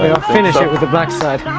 i'll finish it with the black side